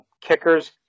kickers